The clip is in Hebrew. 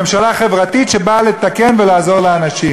ממשלה חברתית שבאה לתקן ולעזור לאנשים.